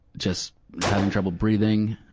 just having trouble breathing.